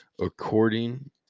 according